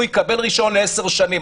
הוא יקבל רישיון ל-10 שנים.